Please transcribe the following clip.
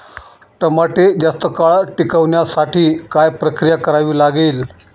टमाटे जास्त काळ टिकवण्यासाठी काय प्रक्रिया करावी लागेल?